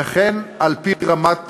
וכן על-פי רמת